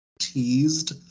teased